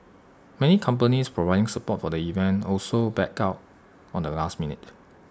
many companies providing support for the event also backed out on the last minute